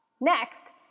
Next